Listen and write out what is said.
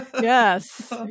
Yes